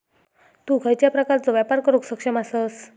तु खयच्या प्रकारचो व्यापार करुक सक्षम आसस?